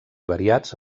variats